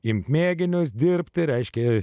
imt mėginius dirbti reiškia